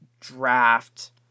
draft